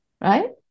right